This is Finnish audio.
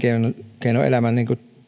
elinkeinoelämämme